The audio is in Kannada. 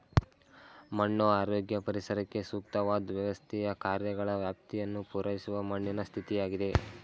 ಮಣ್ಣು ಆರೋಗ್ಯ ಪರಿಸರಕ್ಕೆ ಸೂಕ್ತವಾದ್ ವ್ಯವಸ್ಥೆಯ ಕಾರ್ಯಗಳ ವ್ಯಾಪ್ತಿಯನ್ನು ಪೂರೈಸುವ ಮಣ್ಣಿನ ಸ್ಥಿತಿಯಾಗಿದೆ